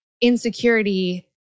insecurity